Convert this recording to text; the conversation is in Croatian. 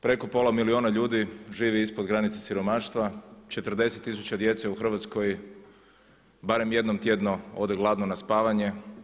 Preko pola milijuna ljudi živi ispod granice siromaštva, 40 tisuća djece u Hrvatsko barem jedno tjedno ode gladno na spavanje.